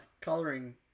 coloring